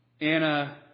Anna